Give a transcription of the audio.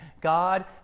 God